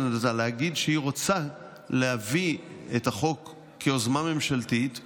אלא להגיד שהיא רוצה להביא את החוק כיוזמה ממשלתית ואז,